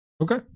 okay